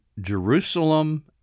Jerusalem